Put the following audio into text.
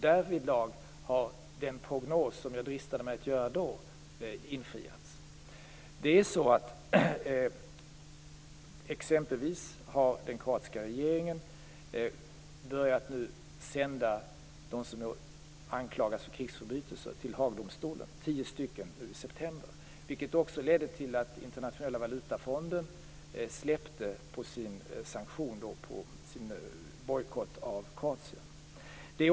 Därvidlag har den prognos som jag då dristade mig att göra infriats. Den kroatiska regeringen har nu exempelvis börjat sända dem som anklagas för krigsförbrytelser till Haagdomstolen, i september tio personer. Detta ledde till att Internationella valutafonden släppte sin bojkott av Kroatien.